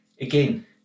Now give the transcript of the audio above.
again